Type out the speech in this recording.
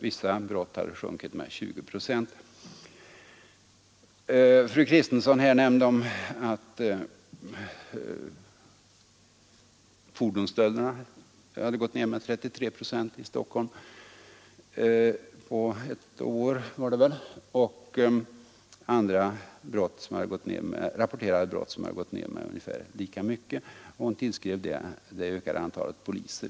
Vissa brott hade då minskat med 20 procent. Fru Kristensson nämnde här att fordonsstölderna i Stockholm hade gått ner med 33 procent på ett år, om jag hörde rätt, och andra rapporterade brott hade gått ner med ungefär lika mycket. Hon tillskrev det ett ökat antal poliser.